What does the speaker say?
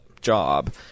job